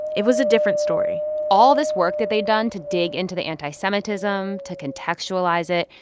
it was a different story all this work that they'd done to dig into the anti-semitism, to contextualize it,